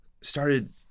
started